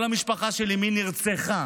כל המשפחה שלי נרצחה,